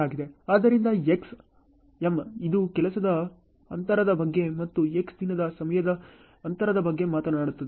ಆದ್ದರಿಂದ X m ಇದು ಕೆಲಸದ ಅಂತರದ ಬಗ್ಗೆ ಮತ್ತು X ದಿನದ ಸಮಯದ ಅಂತರದ ಬಗ್ಗೆ ಮಾತನಾಡುತ್ತದೆ